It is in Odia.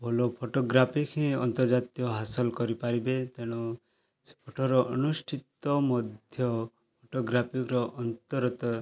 ଭଲ ଫୋଟୋଗ୍ରାଫି କି ଅନ୍ତର୍ଜାତୀୟ ହାସଲ କରିପାରିବେ ତେଣୁ ସେ ଫଟୋର ଅନୁଷ୍ଠିତ ମଧ୍ୟ ଫଟୋଗ୍ରାଫିର ଅନ୍ତର ତ